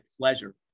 pleasure